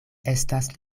estas